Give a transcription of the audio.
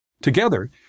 Together